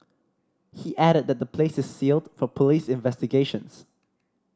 he added that the place is sealed for police investigations